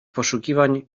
poszukiwań